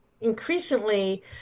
increasingly